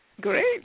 Great